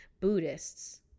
Buddhists